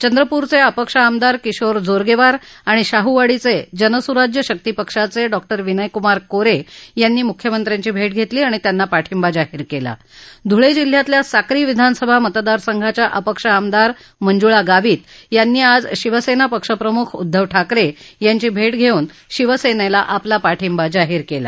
चंद्रपूरचे अपक्ष आमदार किशोर जोरगेवार आणि शाहुवाडीचे जनसुराज्य शक्ती पक्षाचे डॉ विनयकुमार कोरे यांनी मुख्यमंत्र्यांची भेट घेतली आणि त्यांना पाठिंबा जाहीर केला तर धुळे जिल्ह्यातल्या साक्री विधानसभा मतदारसंघाच्या अपक्ष आमदार मंजुळा गावित यांनी आज शिवसेना पक्षप्रमुख उद्धव ठाकरे यांची भेट घेऊन शिवसेनेला आपला पाठिंबा जाहीर केला